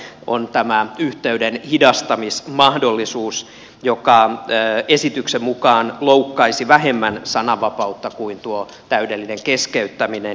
se on tämä yhteyden hidastamismahdollisuus joka esityksen mukaan loukkaisi vähemmän sananvapautta kuin tuo täydellinen keskeyttäminen